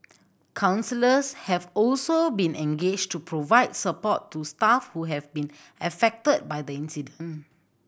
counsellors have also been engaged to provide support to staff who have been affected by the incident